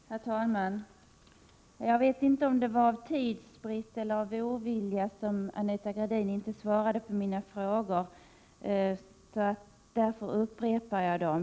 Herr talman! Jag vet inte om det var av tidsbrist eller ovilja som Anita Gradin inte svarade på mina frågor. Därför upprepar jag dem.